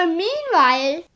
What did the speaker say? meanwhile